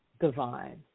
divine